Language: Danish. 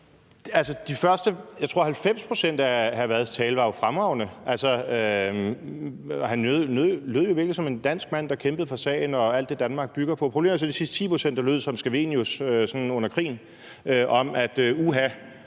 De første, 90 pct., tror jeg, af hr. Frederik Vads tale var jo fremragende. Han lød jo virkelig som en dansk mand, der kæmpede for sagen og alt det, Danmark bygger på. Problemet var så de sidste 10 pct., der lød som Scavenius under krigen om, at: Uha,